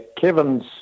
Kevin's